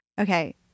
Okay